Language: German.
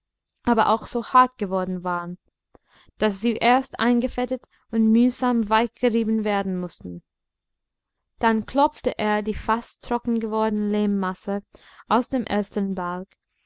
aber auch so hart geworden waren daß sie erst eingefettet und mühsam weichgerieben werden mußten dann klopfte er die fast trocken gewordene lehmmasse aus dem elsternbalg